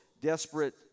desperate